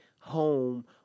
home